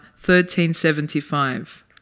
1375